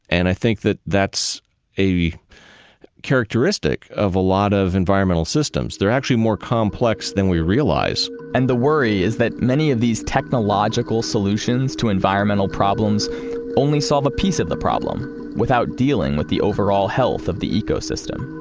and i think that that's a characteristic of a lot of environmental systems. they're actually more complex than we realize. and the worry is that many of these technological solutions to environmental problems only solve a piece of the problem without dealing with the overall health of the ecosystem.